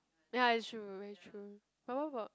ya it's true very true but what about